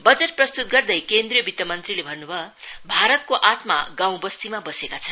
वजट प्रस्तुत गर्दै केन्द्रीय वित्त मंत्रीले भन्नुभयो भारतको आत्मा गाँउबस्तीमा बसेका छन्